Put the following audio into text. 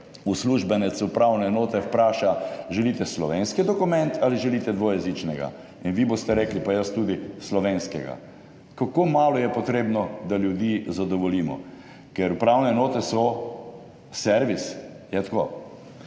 (nadaljevanje) upravne enote vpraša: "Želite slovenski dokument? Ali želite dvojezičnega?" - in vi boste rekli, pa jaz tudi slovenskega. Kako malo je potrebno, da ljudi zadovoljimo, ker upravne enote so servis. Je tako?